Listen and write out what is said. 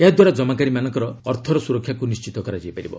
ଏହାଦ୍ୱାରା ଜମାକାରୀମାନଙ୍କର ଅର୍ଥର ସୁରକ୍ଷାକୁ ନିର୍ଣ୍ଣିତ କରାଯାଇ ପାରିବ